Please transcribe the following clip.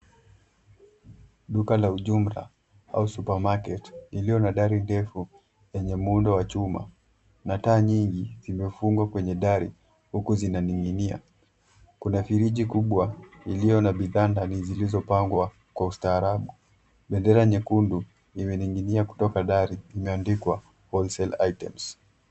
Duka la jumla au supermarket ilio na dari ndefu enye muundo wa chuma na taa nyingi kimefungwa kwenye dari huku zinaning'nia, kuna friji kubwa ilio na bidhaa ndani zilizopangwa kwa ustaraabu. Bendera nyekundu limening'nia kutoka dari, imeaandikwa whole sale items .